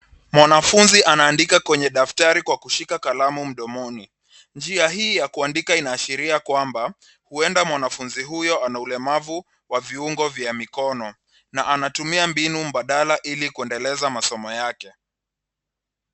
Mwanafunzi anaandika kwenye daftari kwa kushika kalamu mdomoni. Njia hii ya kuandika inaashiria kwamba huenda mwanafunzi huyo ana ulemavu wa viungo vya mikono na anatumia mbinu badala ili kuendeleza masomo yake.